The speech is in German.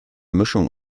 mischung